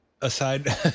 aside